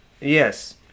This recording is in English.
Yes